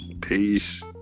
Peace